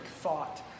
thought